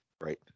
Right